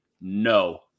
No